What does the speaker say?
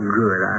good